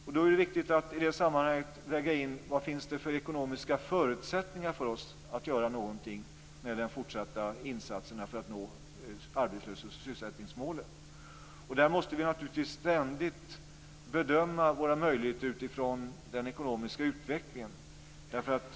Det är viktigt att i det sammanhanget väga in vad det finns för ekonomiska förutsättningar för oss att göra någonting när det gäller de fortsatta insatserna för att nå arbetslöshets och sysselsättningsmålen. Där måste vi naturligtvis ständigt bedöma våra möjligheter utifrån den ekonomiska utvecklingen.